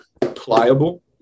pliable